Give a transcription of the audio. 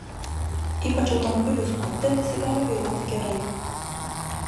ypač automobilių sporte visi gali vairuoti gerai